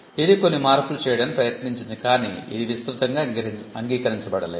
ఇది కొన్ని మార్పులు చేయడానికి ప్రయత్నించింది కానీ ఇది విస్తృతంగా అంగీకరించబడలేదు